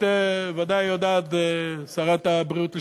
את ודאי יודעת, שרת הבריאות לשעבר,